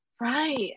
Right